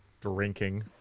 drinking